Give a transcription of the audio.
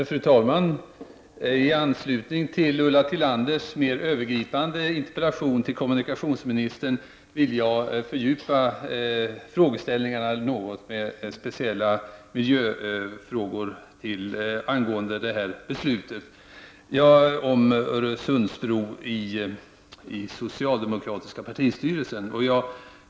Fru talman! I anslutning till Ulla Tillanders mer övergripande interpellation till kommunikationsministern vill jag fördjupa frågeställningarna något och ställa några frågor speciellt om miljöaspekten när det gäller det beslut om Öresundsbro som fattats av socialdemokratiska partistyrelsen.